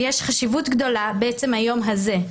יש חשיבות גדולה בעצם היום הזה,